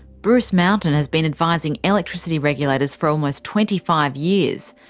bruce mountain has been advising electricity regulators for almost twenty five years.